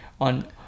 on